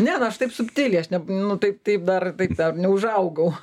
ne na aš taip subtiliai aš ne nu taip taip dar taip dar neužaugau